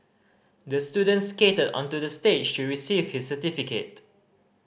the student skated onto the stage to receive his certificate